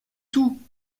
tout